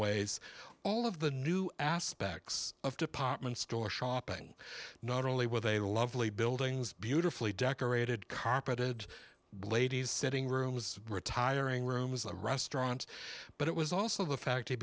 ways all of the new aspects of department store shopping not only with a lovely buildings beautifully decorated carpeted ladies sitting room was retiring room as a restaurant but it was also the fact he